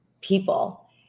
people